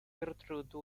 gertrude